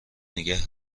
نیگه